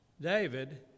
David